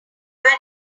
like